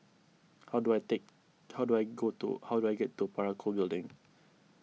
how do I take how do I go to how do I get to Parakou Building